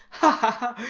ha, ha!